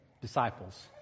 disciples